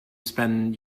spend